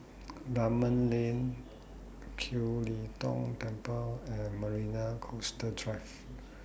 Dunman Lane Kiew Lee Tong Temple and Marina Coastal Drive